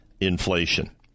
inflation